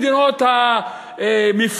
אם ארצות-הברית המאוימת,